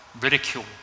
ridicule